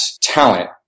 talent